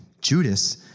Judas